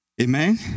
Amen